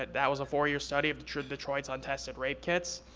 that that was a four year study of detroit's detroit's untested rape kits.